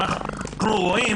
אנחנו רואים